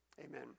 Amen